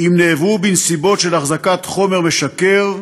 אם נעברו בנסיבות של החזקת חומר משכר,